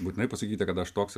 būtinai pasakyti kad aš toks